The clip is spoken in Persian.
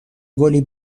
گلی